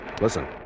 Listen